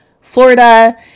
Florida